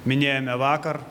minėjome vakar